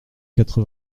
quatre